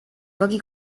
pochi